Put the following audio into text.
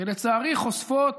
שלצערי חושפות